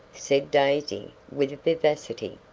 said daisy with vivacity.